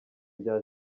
rya